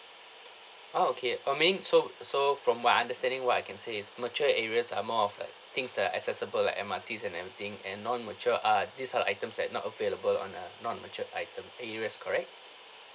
oh okay uh meaning so so from my understanding what I can say is mature areas are more of like things that are accessible like M_R_Ts and everything and non mature are these are the items that not available on uh non mature item areas correct